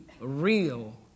real